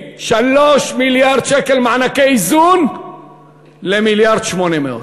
ומ-3 מיליארד שקל מענקי איזון ל-1.8 מיליארד,